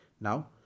Now